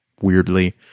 weirdly